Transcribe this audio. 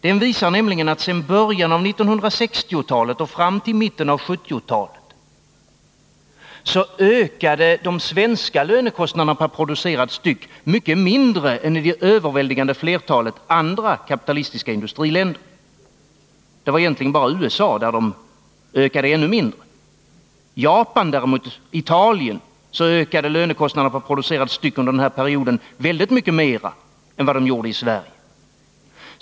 Den visar nämligen att sedan början av 1960-talet fram till mitten av 1970-talet ökade de svenska lönekostnaderna per producerad enhet mycket mindre än i det överväldigande flertalet andra kapitalistiska industriländer. Det var egentligen bara i USA de ökade ännu mindre. I Japan och Italien ökade lönekostnaderna Nr 52 per producerad enhet under denna period mycket mer än i Sverige.